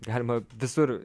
galima visur